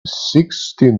sixteen